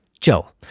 Joel